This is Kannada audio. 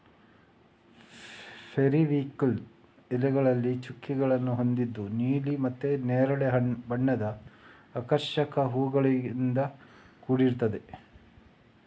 ಪೆರಿವಿಂಕಲ್ ಎಲೆಗಳಲ್ಲಿ ಚುಕ್ಕೆಗಳನ್ನ ಹೊಂದಿದ್ದು ನೀಲಿ ಮತ್ತೆ ನೇರಳೆ ಬಣ್ಣದ ಆಕರ್ಷಕ ಹೂವುಗಳಿಂದ ಕೂಡಿರ್ತದೆ